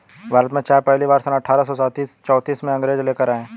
भारत में चाय पहली बार सन अठारह सौ चौतीस में अंग्रेज लेकर आए